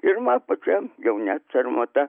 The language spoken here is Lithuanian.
ir man pačiam jau net sarmata